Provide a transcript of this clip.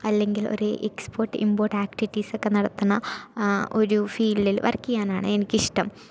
അല്ലെങ്കിൽ ഒരു export import practice ഒക്കെ നടത്തുന്ന ഒരു ഫീൽഡിൽ വർക്ക് ചെയ്യാനാണ് എനിക്ക് ഇഷ്ടം